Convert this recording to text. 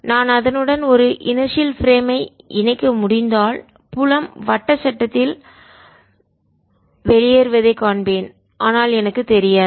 நான் அதனுடன் ஒரு இணர்சியல் பிரேம் ஐ செயலற்ற சட்டத்தை இணைக்க முடிந்தால் புலம் வட்ட சட்டத்தில் வெளியேறுவதை காண்பேன் ஆனால் எனக்குத் தெரியாது